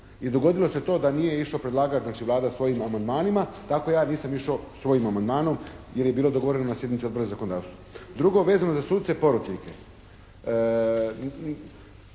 I dogodilo se to da nije išao predlagač, znači Vlada, svojim amandmanima tako ja nisam išao svojim amandmanom jer je bilo dogovoreno na sjednici Odbora za zakonodavstvo. Drugo, vezano za suce porotnike.